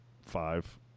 five